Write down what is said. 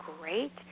great